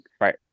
Right